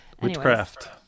Witchcraft